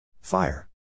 Fire